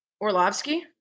Orlovsky